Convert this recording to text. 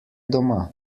doma